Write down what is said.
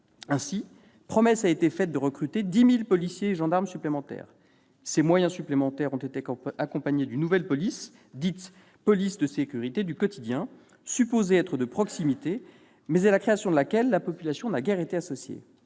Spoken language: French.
Ainsi, promesse a été faite de recruter 10 000 policiers et gendarmes supplémentaires ; ces moyens supplémentaires ont été accompagnés d'une nouvelle police, dite « police de sécurité du quotidien », supposée être de proximité, mais à la création de laquelle la population n'a guère été associée.